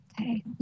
Okay